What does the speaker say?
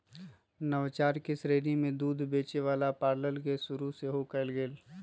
नवाचार के श्रेणी में दूध देबे वला पार्लर के शुरु सेहो कएल गेल